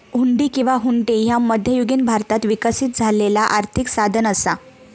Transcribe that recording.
हुंडी किंवा हुंडी ह्या मध्ययुगीन भारतात विकसित झालेला आर्थिक साधन असा